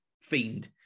fiend